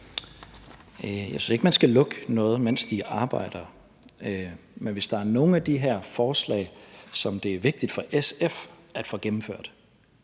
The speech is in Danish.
Jeg synes ikke, man skal lukke noget, mens de arbejder. Men hvis der er nogen af de her forslag, som det er vigtigt for SF at få gennemført,